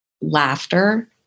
laughter